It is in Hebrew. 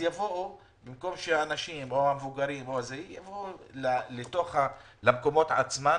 ובמקום שאנשים מבוגרים יבואו לבית החולים,